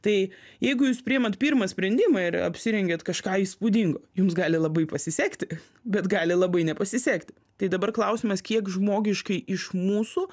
tai jeigu jūs priimat pirmą sprendimą ir apsirengiat kažką įspūdingo jums gali labai pasisekti bet gali labai nepasisekti tai dabar klausimas kiek žmogiškai iš mūsų